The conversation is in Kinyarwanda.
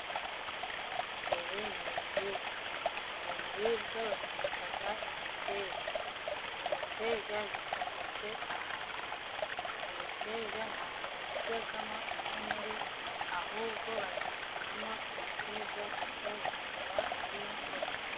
Ibi ni ibiribwa biribwa babyita imiteja. Iyi miteja itondetse ahantu, ntabwo bayiryamo intonore, ahubwo bayiryamo imiteja gusa zikaba ari imboga.